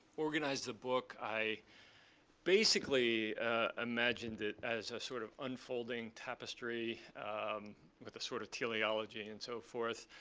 organized the book, i basically imagined it as a sort of unfolding tapestry with a sort of teleology and so forth.